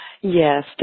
yes